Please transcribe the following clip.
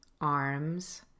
arms